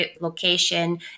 location